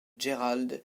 gerald